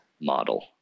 model